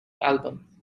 album